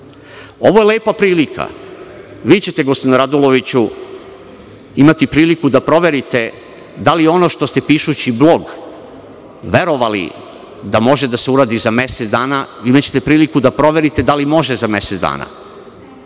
Ovo je lepa prilika. Vi ćete gospodine Raduloviću imati priliku da proverite, da li je ono što ste pišući blog verovali da može da se uradi za mesec dana, imaćete priliku da proverite da li može za mesec dana.